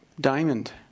Diamond